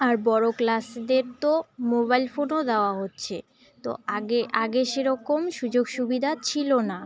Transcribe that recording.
আর বড়ো ক্লাসদের তো মোবাইল ফোনও দেওয়া হচ্ছে তো আগে আগে সেরকম সুযোগ সুবিধা ছিল না